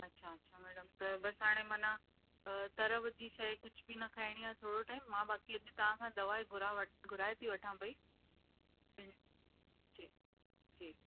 अच्छा अच्छा मैडम त बसि हाणे माना तरियल जी शइ कुझु बि ना खाइणी आहे थोरो टाइम मां बाक़ी अॼु तव्हां खां दवाई घुरा वटि घुराए थी वठां पेई जी जी जी